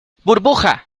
burbuja